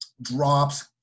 drops